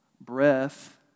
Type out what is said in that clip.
breath